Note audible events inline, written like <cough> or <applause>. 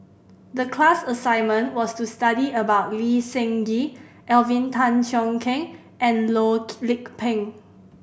the class assignment was to study about Lee Seng Gee Alvin Tan Cheong Kheng and Loh <unintelligible> Lik Peng